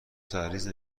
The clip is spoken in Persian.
سرریز